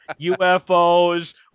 UFOs